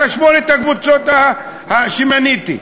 שמונה הקבוצות שמניתי.